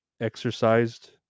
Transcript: exercised